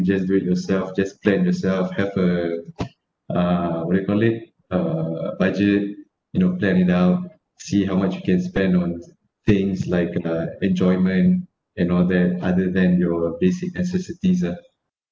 just do it yourself just plan yourself have a uh what you call it uh budget you know plan it out see how much you can spend on things like uh enjoyment and all that other than your basic necessities ah